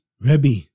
Rebbe